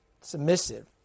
Submissive